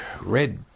red